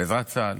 בעזרת צה"ל.